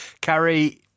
Carrie